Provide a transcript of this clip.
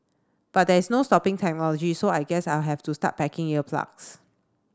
but there's no stopping technology so I guess I'll have to start packing ear plugs